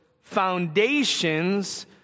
foundations